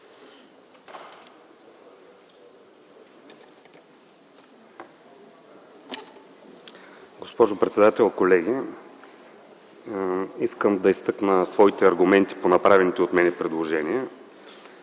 Госпожо председател, колеги! Искам да изтъкна своите аргументи по направените от мен предложения.